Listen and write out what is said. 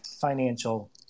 financial